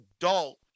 adult